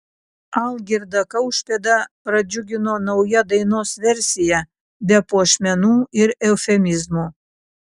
algirdą kaušpėdą pradžiugino nauja dainos versija be puošmenų ir eufemizmų